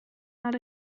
not